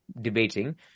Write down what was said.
debating